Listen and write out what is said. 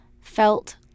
felt